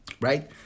Right